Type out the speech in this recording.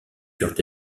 furent